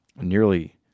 nearly